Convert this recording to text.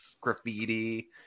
graffiti